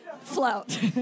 Float